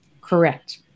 Correct